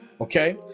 okay